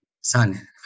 son